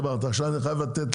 עכשיו אני חייב לתת